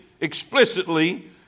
explicitly